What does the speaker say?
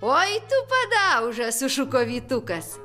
oi tu padauža sušuko vytukas